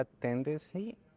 tendency